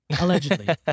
Allegedly